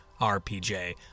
RPJ